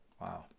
Wow